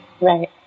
Right